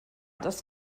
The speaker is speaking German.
das